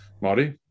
Marty